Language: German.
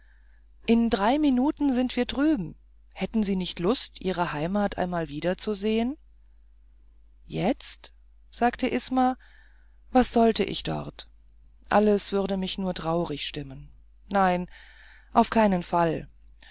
in drei minuten sind wir drüben hätten sie nicht lust ihre heimat wieder einmal zu besuchen jetzt sagte isma was sollte ich dort alles würde mich nur traurig stimmen nein auf keinen fall